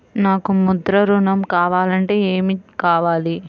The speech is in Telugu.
నాకు ముద్ర ఋణం కావాలంటే ఏమి కావాలి?